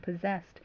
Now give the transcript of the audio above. possessed